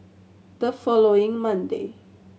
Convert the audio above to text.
the following Monday